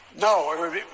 No